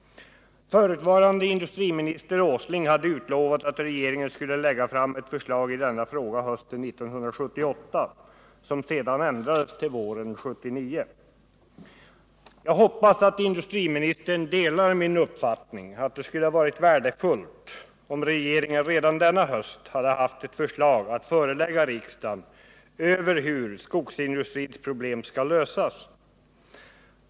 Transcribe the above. Förutvarande industriminister Åsling hade utlovat att regeringen skulle lägga fram ett förslag i denna fråga hösten 1978, ett besked som sedan ändrades till våren 1979. Jag hoppas att industriministern delar min uppfattning att det skulle ha varit värdefullt om regeringen redan denna höst hade haft ett förslag att förelägga riksdagen rörande hur skogsindustrins problem skall lösas.